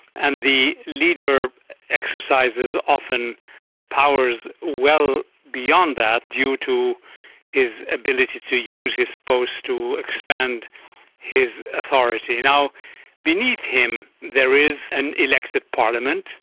and the leader exercises often powers well beyond that due to his ability to use his post to expand his authority. you know beneath him there is an elected parliament,